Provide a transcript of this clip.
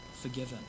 forgiven